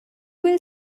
will